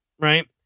right